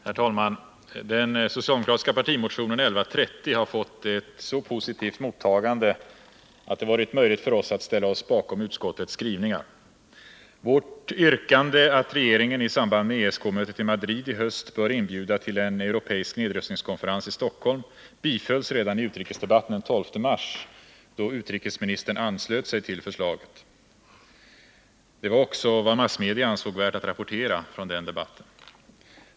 Herr talman! Den socialdemokratiska partimotionen 1130 har fått ett så positivt mottagande att det varit möjligt för oss att ställa oss bakom utskottets skrivningar. Vårt yrkande, att regeringen i samband med ESK-mötet i Madrid i höst bör inbjuda till en europeisk nedrustningskonferens i Stockholm, bifölls redan i utrikesdebatten den 12 mars, då utrikesministern anslöt sig till förslaget. Det var också vad massmedia ansåg värt att rapportera från den debatten.